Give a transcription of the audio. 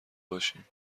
باشیم